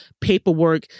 paperwork